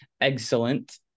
excellent